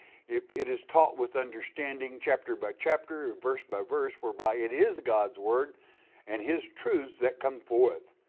if it is taught with understanding chapter by chapter, verse by verse, where by it is god's word and his truths that come forth.